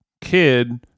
kid